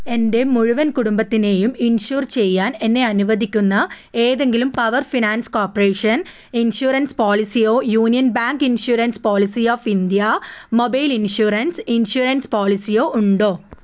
എൻ്റെ മുഴുവൻ കുടുംബത്തിനെയും ഇൻഷുർ ചെയ്യാൻ എന്നെ അനുവദിക്കുന്ന ഏതെങ്കിലും പവർ ഫിനാൻസ് കോർപ്പറേഷൻ ഇൻഷുറൻസ് പോളിസിയോ union bank insurance policy of India mobile insurance insurance പോളിസിയോ ഉണ്ടോ